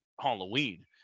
Halloween